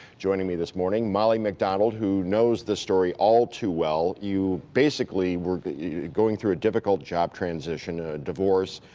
joining me this morning, molly mcdonald who knows the story all too well. you basically were going through a difficult job transition, ah divorce,